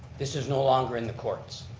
this is no longer in the courts.